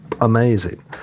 amazing